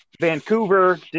Vancouver –